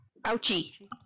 Ouchie